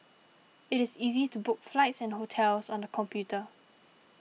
it is easy to book flights and hotels on the computer